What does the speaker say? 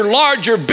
larger